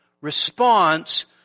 response